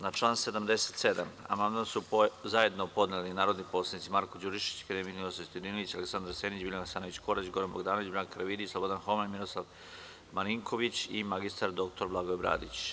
Na član 77. amandman su zajedno podneli narodni poslanici Marko Đurišić, akademik Ninoslav Stojadinović, Aleksandar Senić, Biljana Hasanović Korać, Goran Bogdanović, Branka Karavidić, Slobodan Homen, Miroslav Marinković i magistar doktor Blagoje Bradić.